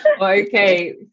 Okay